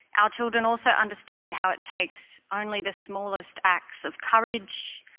our children also understand how it takes only the smallest acts of courage,